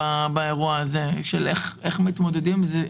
איך מתמודדים עם זה.